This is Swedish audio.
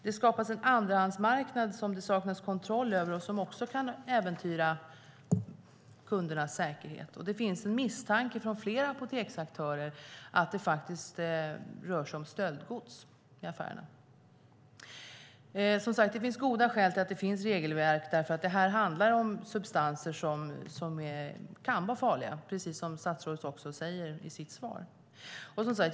Det skapas en andrahandsmarknad som det saknas kontroll över och som kan äventyra kundernas säkerhet. Det finns en misstanke från flera apoteksaktörer om att det rör sig om stöldgods i affärerna. Det finns som sagt goda skäl till att det finns regelverk, för detta handlar om substanser som kan vara farliga, precis som statsrådet säger i sitt svar.